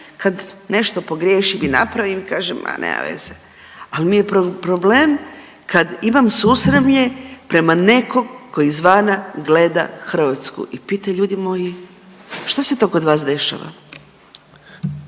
kad nešto pogriješim i napravim kažem ma nema veze, al mi je problem kad imam susramlje prema nekom ko izvana gleda Hrvatsku i pita ljudi moji što se to kod vas dešava.